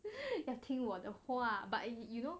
要听我的话 but you know